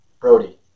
brody